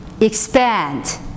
expand